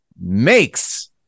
makes